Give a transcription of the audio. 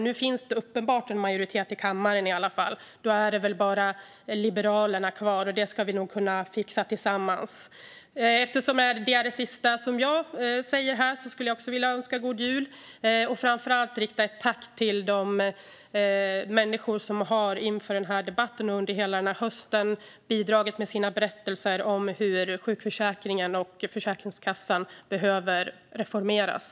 Nu finns det uppenbart en majoritet i kammaren i alla fall. Då är det väl bara Liberalerna kvar, så det ska vi nog kunna fixa tillsammans. Eftersom det här är det sista jag säger här skulle jag också vilja önska god jul och framför allt rikta ett tack till de människor som inför den här debatten och under hela hösten har bidragit med sina berättelser om hur sjukförsäkringen och Försäkringskassan behöver reformeras.